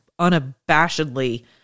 unabashedly